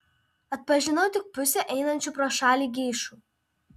atpažinau tik pusę einančių pro šalį geišų